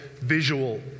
visual